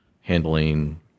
handling